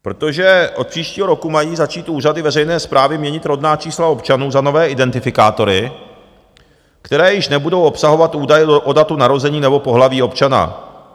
Protože od příštího roku mají začít úřady veřejné správy měnit rodná čísla občanů za nové identifikátory, které již nebudou obsahovat údaje o datu narození nebo pohlaví občana.